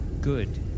Good